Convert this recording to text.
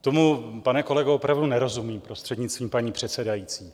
Tomu, pane kolego, opravdu nerozumím, prostřednictvím paní předsedající.